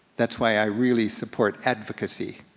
that's why i really support advocacy.